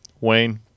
Wayne